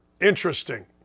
Interesting